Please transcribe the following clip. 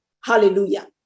hallelujah